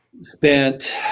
spent